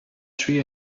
three